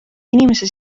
inimese